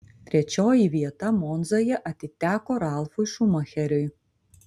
trečioji vieta monzoje atiteko ralfui šumacheriui